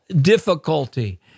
difficulty